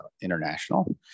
international